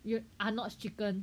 you Arnold's chicken